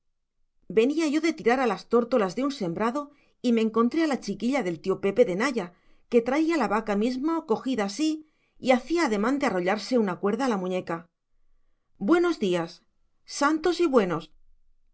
venía yo de tirar a las tórtolas en un sembrado y me encontré a la chiquilla del tío pepe de naya que traía la vaca mismo cogida así y hacía ademán de arrollarse una cuerda a la muñeca buenos días santos y buenos